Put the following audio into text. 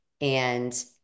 And-